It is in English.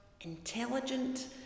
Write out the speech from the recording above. intelligent